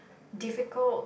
difficult